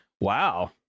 Wow